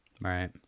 right